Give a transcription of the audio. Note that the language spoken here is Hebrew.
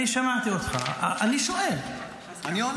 אני שואל -- אני עונה.